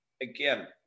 Again